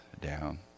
down